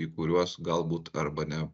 į kuriuos galbūt arba ne